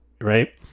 Right